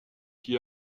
qui